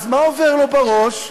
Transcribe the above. מה עובר לו בראש?